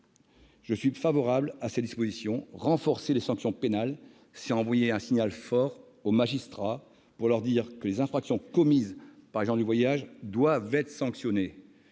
je suis favorable à ces dispositions. Renforcer les sanctions pénales, c'est envoyer un signal fort aux magistrats, pour leur dire que les infractions commises par les gens du voyage doivent être sanctionnées.